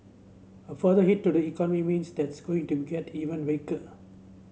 a further hit to the economy means that's going to get even weaker